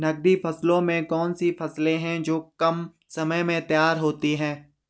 नकदी फसलों में कौन सी फसलें है जो कम समय में तैयार होती हैं?